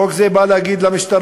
חוק זה בא להגיד למשטרה: